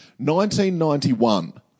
1991